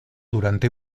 durante